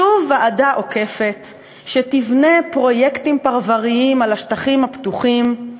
שוב ועדה עוקפת שתבנה פרויקטים פרבריים על השטחים הפתוחים,